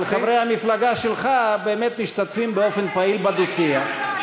אבל חברי המפלגה שלך באמת משתתפים באופן פעיל בדו-שיח.